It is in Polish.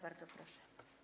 Bardzo proszę.